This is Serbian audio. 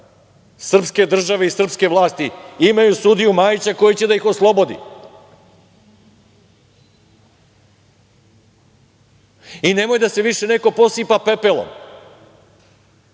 srpske države i srpske vlasti imaju sudiju Majića koji će da ih oslobodi. Nemoj da se više neko posipa pepelom,